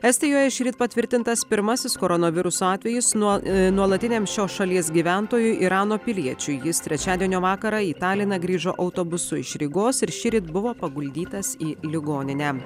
estijoje šįryt patvirtintas pirmasis koronaviruso atvejis nuo nuolatiniam šios šalies gyventojui irano piliečiui jis trečiadienio vakarą į taliną grįžo autobusu iš rygos ir šįryt buvo paguldytas į ligoninę